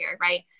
right